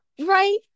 right